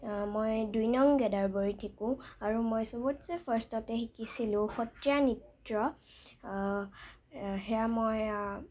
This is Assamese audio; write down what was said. মই দুই নং গেদাৰবৰীত শিকোঁ আৰু মই সবতচে ফাৰ্ষ্টতে শিকিছিলোঁ সত্ৰীয়া নৃত্য সেয়া মই